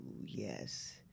yes